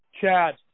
Chad